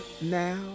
now